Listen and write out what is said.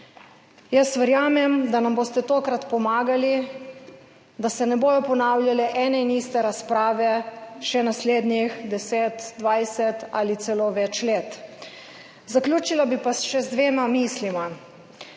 Verjamem, da nam boste tokrat pomagali, da se ne bodo ponavljale ene in iste razprave še naslednjih 10, 20 ali celo več let. Zaključila bi pa še z dvema mislima,